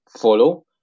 follow